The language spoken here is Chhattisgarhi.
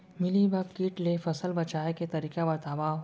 मिलीबाग किट ले फसल बचाए के तरीका बतावव?